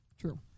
True